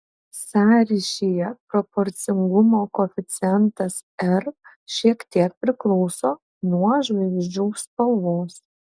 sąryšyje proporcingumo koeficientas r šiek tiek priklauso nuo žvaigždžių spalvos